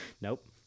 Nope